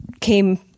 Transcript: came